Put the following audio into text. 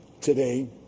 today